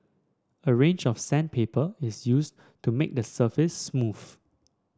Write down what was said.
a range of sandpaper is used to make the surface smooth